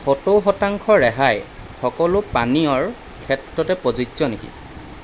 সত্তৰ শতাংশ ৰেহাই সকলো পানীয়ৰ ক্ষেত্ৰতে প্ৰযোজ্য নেকি